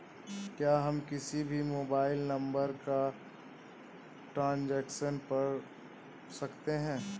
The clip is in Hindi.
क्या हम किसी भी मोबाइल नंबर का ट्रांजेक्शन कर सकते हैं?